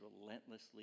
relentlessly